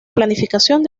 planificación